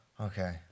Okay